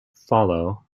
follow